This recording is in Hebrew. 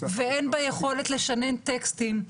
הן ביכולת לשנן טקסטים.